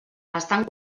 estan